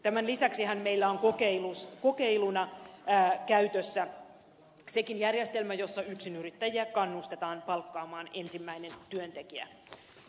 tämän lisäksihän meillä on kokeiluna käytössä sekin järjestelmä jossa yksinyrittäjiä kannustetaan palkkaamaan ensimmäinen työntekijä